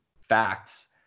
facts